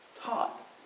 taught